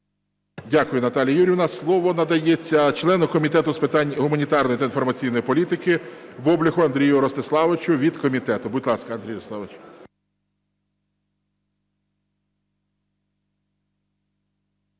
Дякую, Наталія Юріївна. Слово надається члену Комітету з питань гуманітарної та інформаційної політики Бобляху Андрію Ростиславовичу від комітету. Будь ласка, Андрій Ростиславович.